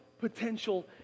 potential